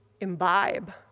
imbibe